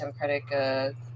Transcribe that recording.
democratic